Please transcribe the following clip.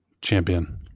Champion